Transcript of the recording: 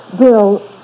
Bill